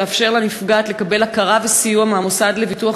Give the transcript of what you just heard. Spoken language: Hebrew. תאפשר לנפגעת לקבל הכרה וסיוע מהמוסד לביטוח